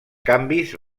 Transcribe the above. canvis